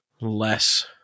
less